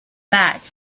back